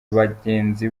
abagenzi